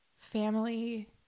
family